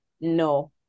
no